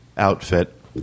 Outfit